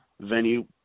venue